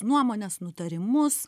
nuomones nutarimus